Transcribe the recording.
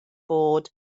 bod